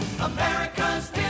America's